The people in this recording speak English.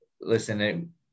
Listen